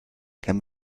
can